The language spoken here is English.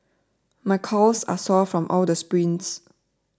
my calves are sore from all the sprints